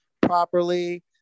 properly